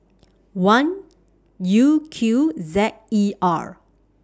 one U Q Z E R